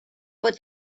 but